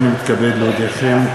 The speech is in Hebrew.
הנני מתכבד להודיעכם,